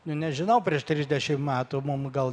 nu nežinau prieš trisdešim metų mum gal